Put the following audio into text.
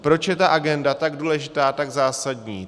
Proč je ta agenda tak důležitá a tak zásadní?